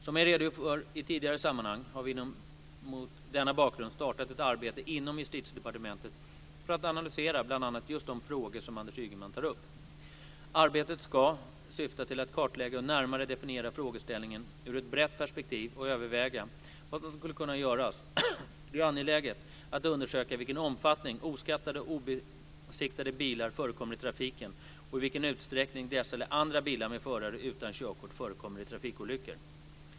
Som jag redogjort för i tidigare sammanhang har vi mot denna bakgrund startat ett arbete inom Justitiedepartementet för att analysera bl.a. just de frågor som Anders Ygeman tar upp. Arbetet ska syfta till att kartlägga och närmare definiera frågeställningarna ur ett brett perspektiv och överväga vad som skulle kunna göras. Det är angeläget att undersöka i vilken omfattning oskattade och obesiktigade bilar förekommer i trafiken och i vilken utsträckning dessa eller andra bilar med förare utan körkort förekommer i trafikolyckor.